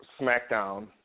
SmackDown